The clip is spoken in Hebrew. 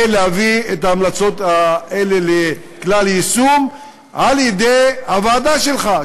להביא את ההמלצות האלה לכלל יישום על-ידי הוועדה שלך,